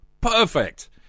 Perfect